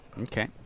Okay